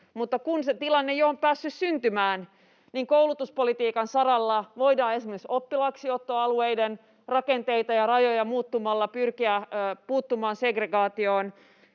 mutta kun se tilanne jo on päässyt syntymään, niin koulutuspolitiikan saralla voidaan esimerkiksi oppilaaksiottoalueen rakenteita ja rajoja muuttamalla pyrkiä puuttumaan segregaatioon,